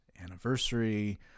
anniversary